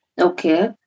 Okay